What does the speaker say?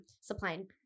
supplying